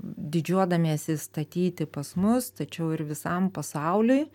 didžiuodamiesi statyti pas mus tačiau ir visam pasauliui